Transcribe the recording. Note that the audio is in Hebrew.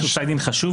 הוא פסק דין חשוב.